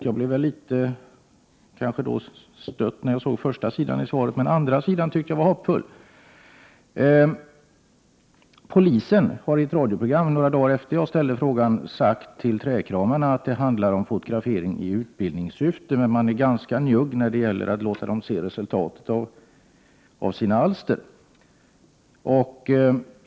Jag blev litet stött när jag såg första sidan av svaret, men den andra sidan tycker jag var hoppfull. Polisen har i ett radioprogram några dagar efter det att jag ställde frågan sagt till trädkramarna att det handlar om fotografering i utbildningssyfte. Men polisen är ganska njugg när det gäller att låta dem se resultatet av sina alster.